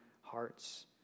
hearts